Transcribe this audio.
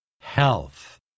health